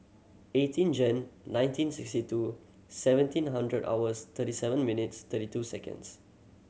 eighteen Jan nineteen sixty two seventeen hundred hours thirty seven minutes thirty two seconds